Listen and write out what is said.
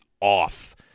off